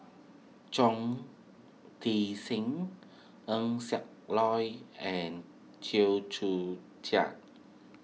Chong Tze Chien Eng Siak Loy and Chew Joo Chiat